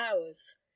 hours